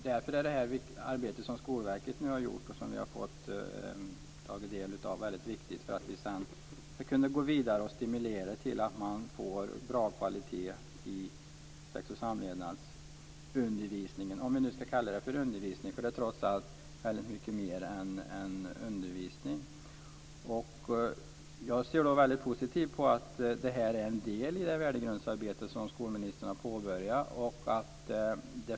Därför är det arbete som Skolverket har gjort viktigt för att sedan kunna gå vidare och stimulera och få bra kvalitet i sex och samlevnadsundervisningen - om vi nu ska kalla det för undervisning, eftersom det handlar om mer än undervisning. Jag ser positivt på att detta är en del i det värdegrundsarbete som skolministern har påbörjat.